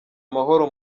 amahoro